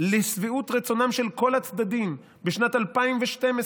לשביעות רצונם של כל הצדדים בשנת 2012,